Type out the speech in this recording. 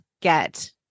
get